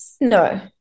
No